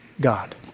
God